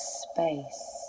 space